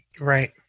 Right